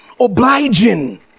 Obliging